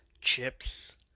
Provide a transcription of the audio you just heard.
chips